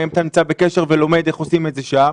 האם אתה נמצא בקשר ולומד איך עושים את זה שם?